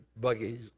buggies